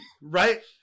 Right